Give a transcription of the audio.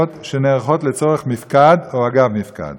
שנערכות לצורך מִפקד או אגב מפקד.